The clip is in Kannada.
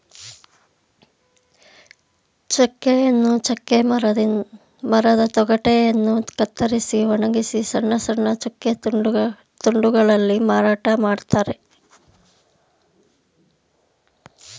ಚೆಕ್ಕೆಯನ್ನು ಚೆಕ್ಕೆ ಮರದ ತೊಗಟೆಯನ್ನು ಕತ್ತರಿಸಿ ಒಣಗಿಸಿ ಸಣ್ಣ ಸಣ್ಣ ಚೆಕ್ಕೆ ತುಂಡುಗಳಲ್ಲಿ ಮಾರಾಟ ಮಾಡ್ತರೆ